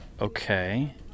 okay